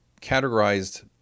categorized